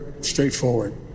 straightforward